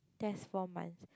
that's four months